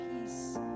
peace